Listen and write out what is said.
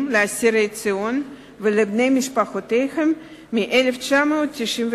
לאסירי ציון ולבני משפחותיהם מ-1992,